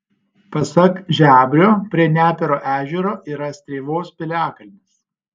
pasak žebrio prie nepėro ežero yra strėvos piliakalnis